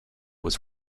was